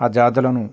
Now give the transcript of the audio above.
ఆ జాతులను